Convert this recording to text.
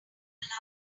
minute